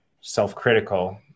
self-critical